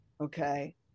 okay